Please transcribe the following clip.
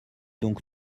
donc